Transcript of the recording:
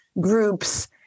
groups